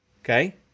Okay